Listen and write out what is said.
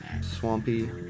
swampy